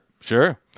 sure